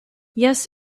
yes